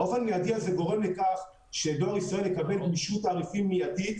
האופן המיידי הזה גורם לכך שדואר ישראל יקבל גמישות תעריפים מיידית,